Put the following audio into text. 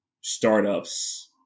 startups